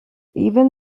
even